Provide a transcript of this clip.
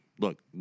Look